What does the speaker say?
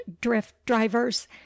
drift-drivers